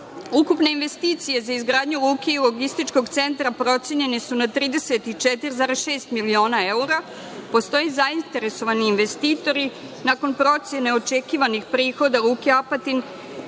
Ukupna investicija za izgradnju luke i logističkog centra procenjeni su na 34,6 miliona evra. Postoje zainteresovani investitori. Nakon procene očekivanih prihoda luke Apatin